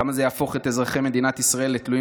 כמה זה יהפוך את אזרחי מדינת ישראל לתלויים